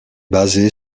basée